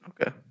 Okay